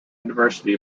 university